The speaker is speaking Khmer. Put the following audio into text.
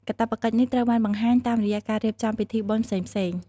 កាតព្វកិច្ចនេះត្រូវបានបង្ហាញតាមរយៈការរៀបចំពិធីបុណ្យផ្សេងៗ។